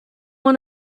want